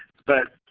but